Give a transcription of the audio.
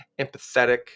empathetic